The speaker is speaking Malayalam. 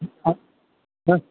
അ അ